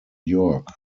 york